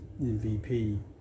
MVP